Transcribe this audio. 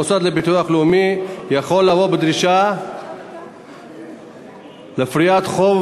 המוסד לביטוח לאומי יכול לבוא בדרישה לפריעת חוב